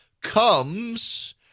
comes